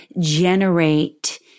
generate